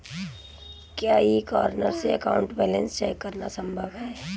क्या e corner से account balance check करना संभव है?